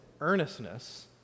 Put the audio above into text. earnestness